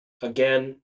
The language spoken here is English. again